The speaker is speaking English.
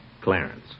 Clarence